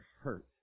hurt